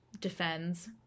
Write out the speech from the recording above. defends